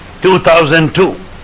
2002